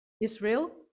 Israel